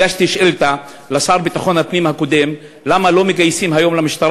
הגשתי שאילתה לשר לביטחון הפנים הקודם: למה לא מגייסים היום למשטרה